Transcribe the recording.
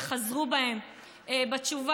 וחזרו בהם בתשובה,